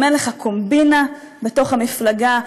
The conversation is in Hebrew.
אם אין לך קומבינה בתוך המפלגה,